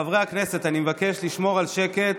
חברי הכנסת, אני מבקש לשמור על שקט.